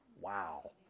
Wow